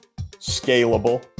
scalable